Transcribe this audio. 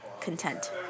content